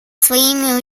своими